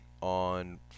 on